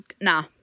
Nah